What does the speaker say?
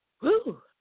Woo